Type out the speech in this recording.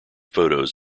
photos